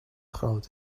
groot